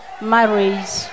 marriage